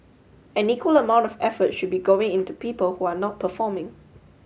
an equal amount of effort should be going into people who are not performing